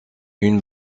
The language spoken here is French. une